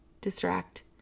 distract